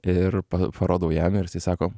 ir parodau jam ir jisai sako